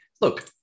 look